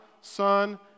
Son